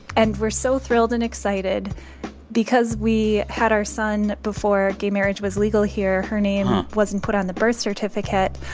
and we're so thrilled and excited because we had our son before gay marriage was legal here. her name wasn't put on the birth certificate.